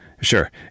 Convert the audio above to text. Sure